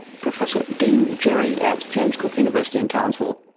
professor dean jerry at james cook university in townsville